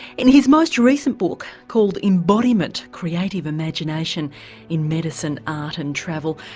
in his most recent book, called embodiment creative imagination in medicine, art and travel,